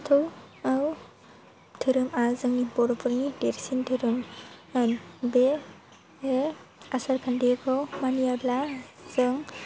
बाथौआव धोरोमा जोंनि बर'फोरनि देरसिन धोरोममोन बे बे आसारखान्थिखौ मानियाब्ला जों